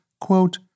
quote